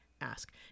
ask